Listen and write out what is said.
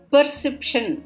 Perception